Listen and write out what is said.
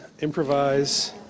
improvise